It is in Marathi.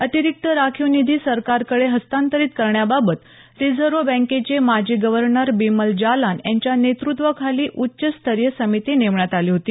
अतिरिक्त राखीव निधी सरकारकडे हस्तांतरित करण्याबाबत रिझर्व्ह बँकेचे माजी गव्हर्नर बिमल जालान यांच्या नेतृत्वाखाली उच्चस्तरीय समिती नेमण्यात आली होती